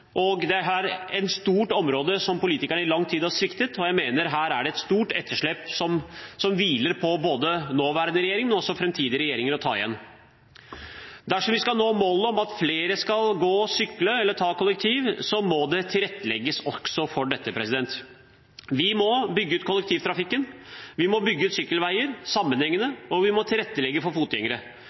Det er et stort område der politikerne i lang tid har sviktet, og jeg mener at her er det et stort etterslep som hviler på nåværende regjering, men også på framtidige regjeringer å ta igjen. Dersom vi skal nå målene om at flere skal gå, sykle eller bruke kollektivtransport, må det også tilrettelegges for dette. Vi må bygge ut kollektivtrafikken, vi må bygge ut sykkelveier sammenhengende, og vi må tilrettelegge for fotgjengere.